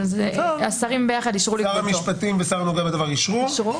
אבל השרים ביחד אישרו --- שר המשפטים והשר הנוגע בדבר אישרו,